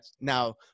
now